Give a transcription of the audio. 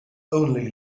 only